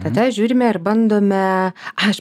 tada žiūrime ir bandome aš